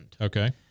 Okay